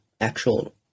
actual